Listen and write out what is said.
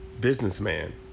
businessman